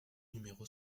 numéro